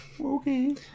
Okay